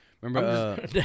remember